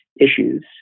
issues